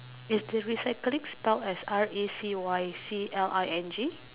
is the recycling spelled as R E C Y C L I N G